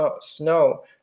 snow